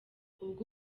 ubwo